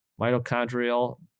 Mitochondrial